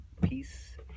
peace